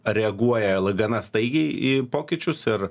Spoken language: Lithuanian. reaguoja gana staigiai į pokyčius ir